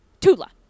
Tula